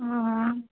हुँ